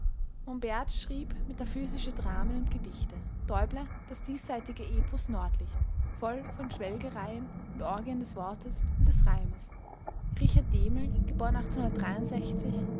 schrieb metaphysische dramen und gedichte däubler das diesseitige epos nordlicht eine kosmogonie voll von schwelgerei und orgie des wortes und des reimes richard dehmel